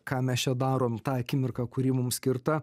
ką mes čia darom tą akimirką kuri mum skirta